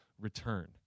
return